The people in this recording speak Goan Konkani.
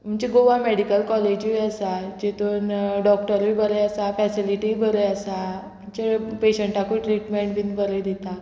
म्हणजे गोवा मॅडिकल कॉलेजूय आसा जितून डॉक्टरूय बरें आसा फॅसिलिटीय बऱ्यो आसा पेशंटाकूय ट्रिटमेंट बीन बरें दिता